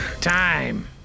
Time